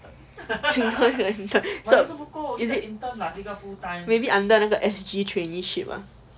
请多一个 intern so is it maybe under 那个 S_G traineeship ah